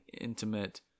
intimate